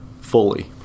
fully